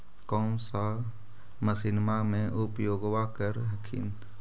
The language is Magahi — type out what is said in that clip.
कौन सा मसिन्मा मे उपयोग्बा कर हखिन?